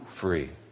free